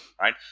Right